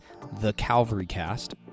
thecalvarycast